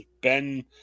Ben